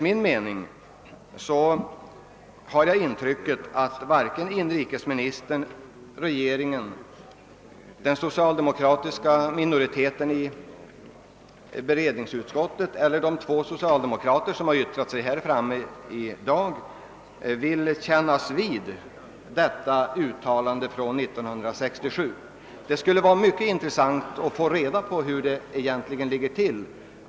Jag har det intrycket att varken inrikesministern, regeringen, den socialdemokratiska minoriteten i allmänna beredningsutskottet eller de två socialdemokrater som har yttrat sig här i dag vill kännas vid detta uttalande från 1967. Det skulle vara mycket intressant att få reda på hur det egentligen förhåller sig.